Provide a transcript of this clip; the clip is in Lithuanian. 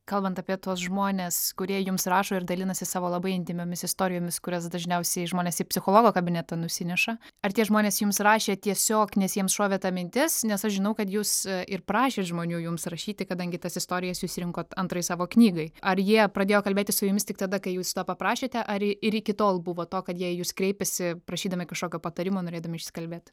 kalbant apie tuos žmones kurie jums rašo ir dalinasi savo labai intymiomis istorijomis kurias dažniausiai žmonės į psichologo kabinetą nusineša ar tie žmonės jums rašė tiesiog nes jiems šovė ta mintis nes aš žinau kad jūs ir prašėt žmonių jums rašyti kadangi tas istorijas jūs rinkot antrai savo knygai ar jie pradėjo kalbėti su jumis tik tada kai jūs paprašėte ar ir ir iki tol buvo to kad jie į jus kreipėsi prašydami kažkokio patarimo norėdami išsikalbėt